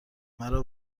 مرا